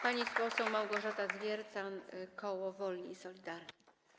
Pani poseł Małgorzata Zwiercan, koło Wolni i Solidarni.